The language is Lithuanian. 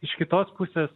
iš kitos pusės